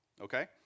Okay